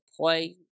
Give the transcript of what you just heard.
play